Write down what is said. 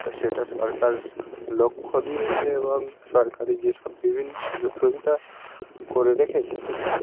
তা সেটা সরকার লক্ষ্য দিয়েছে এবং সরকারি যেসব বিভিন্ন সুযোগ সুবিধা করে রেখেছে